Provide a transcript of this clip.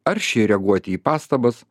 aršiai reaguoti į pastabas